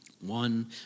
One